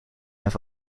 have